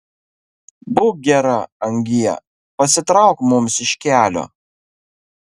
būk gera angie pasitrauk mums iš kelio